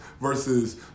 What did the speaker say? Versus